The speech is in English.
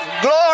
Glory